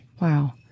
Wow